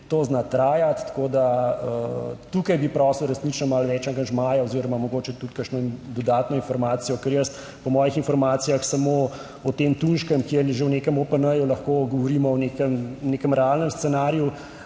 to zna trajati, tako da tukaj bi prosil resnično malo več angažmaja oziroma mogoče tudi kakšno dodatno informacijo, ker jaz po mojih informacijah samo o tem tunjškem, kjer je že v nekem OPN lahko govorimo o nekem realnem scenariju,